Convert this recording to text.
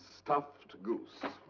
stuffed goose.